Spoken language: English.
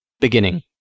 Beginning